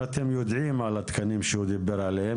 אתם יודעים על התקנים שהוא דיבר עליהם.